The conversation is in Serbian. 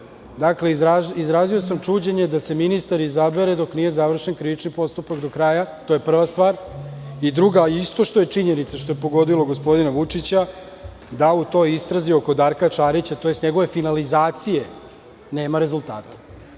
rekao. Dakle, izrazio sam čuđenje da se ministar izabere dok nije završen krivični postupak do kraja. To je prva stvar. Drugo, isto što je činjenica i što je pogodilo gospodina Vučića, u toj istrazi oko Darka Šarića, tj. njegove finalizacije, nema rezultata. Šta